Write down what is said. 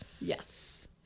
Yes